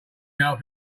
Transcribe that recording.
after